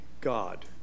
God